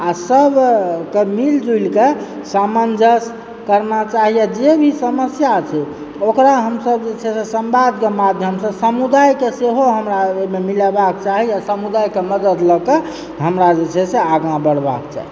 आ सबके मिलजुल के सामंजस्य करना चाही या जे भी समस्या छै ओकरा हमसब जे छै से सम्वादके माध्यम सॅं समुदायके सेहो हमरा ओहिमे मिलेबाक चाही आ समुदाय के मदद लऽ कऽ हमरा जे छै आगाँ बढ़बा के चाही